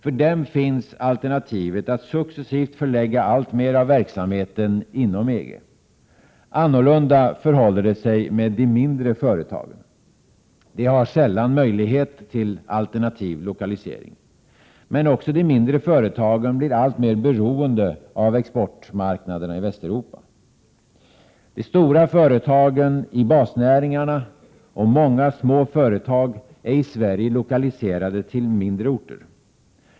För dem finns alternativet att successivt förlägga alltmer av verksamheten inom EG. Annorlunda förhåller det sig med de mindre företagen. De har sällan möjlighet till alternativ lokalisering. Men också de mindre företagen blir alltmer beroende av exportmarknaderna i Västeuropa. De stora företagen i basnäringarna och många små företag är i Sverige lokaliserade till mindre orter.